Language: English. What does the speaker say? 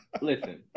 Listen